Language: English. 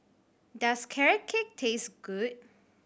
does Carrot Cake taste good